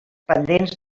pendents